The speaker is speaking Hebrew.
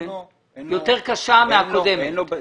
יותר קשה מהקודמת.